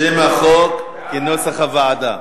שם החוק כנוסח הוועדה.